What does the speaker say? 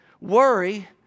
Worry